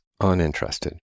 uninterested